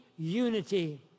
unity